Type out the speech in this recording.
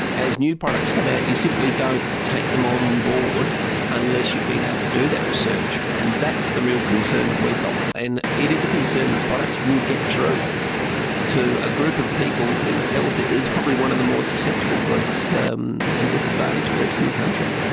as new products come out you simply don't take them on board unless you've been able to do that research. and that's the real concern that we've got, and it is a concern that products will get through to a group of people whose health, it's probably one of the more susceptible groups um and disadvantaged groups in the country.